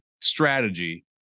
strategy